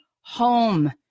home